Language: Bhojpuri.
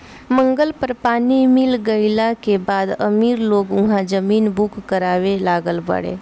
मंगल पर पानी मिल गईला के बाद अमीर लोग उहा जमीन बुक करावे लागल बाड़े